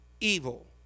evil